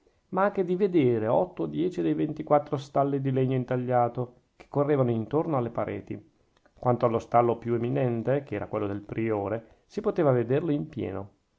ma anche di vedere otto o dieci dei ventiquattro stalli di legno intagliato che correvano intorno alle pareti quanto allo stallo più eminente che era quello del priore si poteva vederlo in pieno